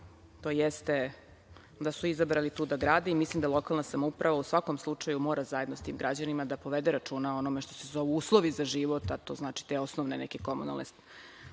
to jeste da su izabrali tu da grade i mislim da lokalna samouprava u svakom slučaju mora zajedno sa tim građanima da povede računa o onome što se zovu uslovi za život, a to znači te osnovne komunalne